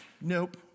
Nope